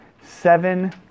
seven